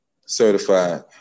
Certified